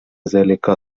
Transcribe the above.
ذلك